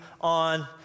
on